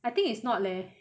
I think it's not leh